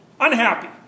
unhappy